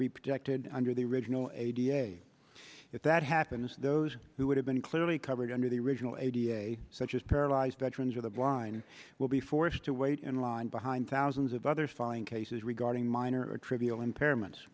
be protected under the original a da if that happens those who would have been clearly covered under the original a da such as paralyzed veterans or the blind will be forced to wait in line behind thousands of others filing cases regarding minor or trivial impairment